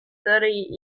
thirty